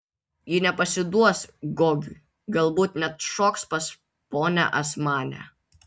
ji nepasiduos gogiui galbūt net šoks pas ponią asmanę